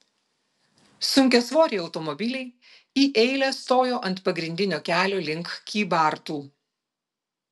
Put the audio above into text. sunkiasvoriai automobiliai į eilę stojo ant pagrindinio kelio link kybartų